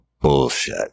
bullshit